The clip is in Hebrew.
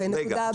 הנקודה הבאה.